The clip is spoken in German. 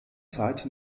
zeit